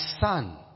son